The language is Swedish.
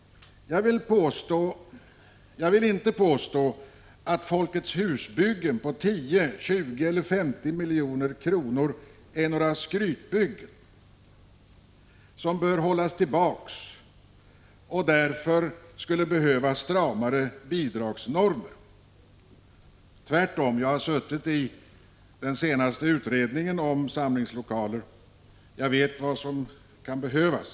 Jag vill inte påstå att Folkets hus-byggen på 10, 20 eller 50 milj.kr. är några skrytbyggen som bör hållas tillbaka och därför skulle behöva stramare bidragsnormer — tvärtom. Jag har suttit med i den senaste utredningen om samlingslokaler, och jag vet vad som kan behövas.